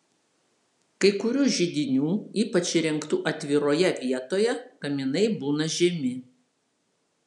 kai kurių židinių ypač įrengtų atviroje vietoje kaminai būna žemi